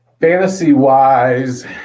Fantasy-wise